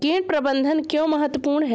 कीट प्रबंधन क्यों महत्वपूर्ण है?